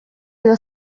edo